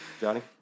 Johnny